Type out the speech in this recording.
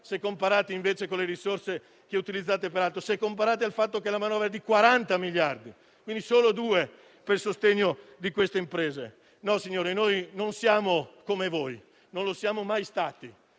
se comparati, invece, con le risorse che utilizzate per altro e al fatto che la manovra è di 40 miliardi. Ci sono 2 miliardi per il sostegno di quelle imprese. Signori, noi non siamo come voi, e non lo siamo mai stati.